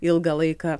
ilgą laiką